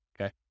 okay